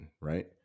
right